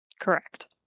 correct